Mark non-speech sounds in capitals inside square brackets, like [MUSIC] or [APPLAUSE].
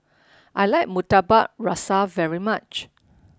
[NOISE] I like Murtabak Rusa very much